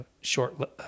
short